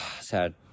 sad